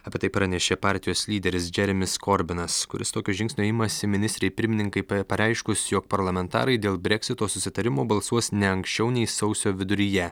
apie tai pranešė partijos lyderis džeremis korbinas kuris tokio žingsnio imasi ministrei pirmininkai p pareiškus jog parlamentarai dėl breksito susitarimo balsuos ne anksčiau nei sausio viduryje